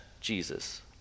Jesus